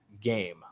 game